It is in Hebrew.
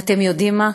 ואתם יודעים מה?